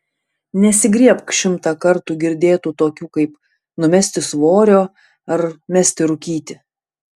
nesigriebk šimtą kartų girdėtų tokių kaip numesti svorio ar mesti rūkyti